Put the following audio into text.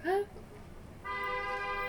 !huh!